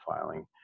filing